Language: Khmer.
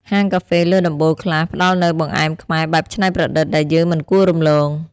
ហាងកាហ្វេលើដំបូលខ្លះផ្ដល់នូវបង្អែមខ្មែរបែបច្នៃប្រឌិត ដែលយើងមិនគួររំលង។ (